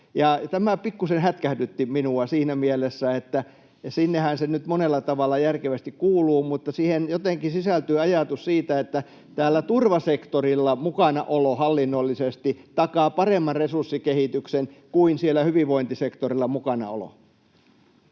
Tämä pikkusen hätkähdytti minua siinä mielessä, että sinnehän se nyt monella tavalla järkevästi kuuluu, mutta siihen jotenkin sisältyi ajatus siitä, että hallinnollisesti täällä turvasektorilla mukanaolo takaa paremman resurssikehityksen kuin siellä hyvinvointisektorilla mukanaolo.